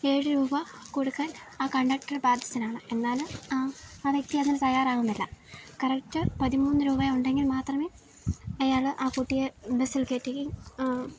ഏഴ് രൂപ കൊടുക്കാൻ ആ കണ്ടക്ടർ ബാധ്യസ്ഥനാണ് എന്നാലും ആ വ്യക്തി അതിന് തയ്യാറാകുന്നില്ല കറക്റ്റ് പതിമൂന്ന് രൂപ ഉണ്ടെങ്കിൽ മാത്രമേ അയാൾ ആ കുട്ടിയെ ബസ്സിൽ കയറ്റി